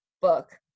book